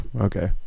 okay